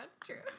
true